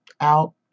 out